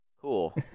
Cool